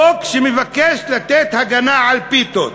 חוק שמבקש לתת הגנה על פיתות,